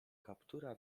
kaptura